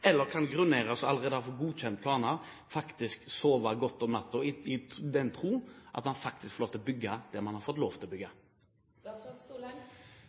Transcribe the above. eller kan grunneiere som allerede har fått godkjent planer, faktisk sove godt om natten, i den tro at man faktisk får lov til å bygge det man har fått lov til å